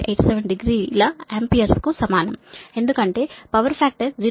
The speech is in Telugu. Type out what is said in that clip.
87 డిగ్రీల ఆంపియర్స్ కు సమానం ఎందుకంటే పవర్ ఫ్యాక్టర్ 0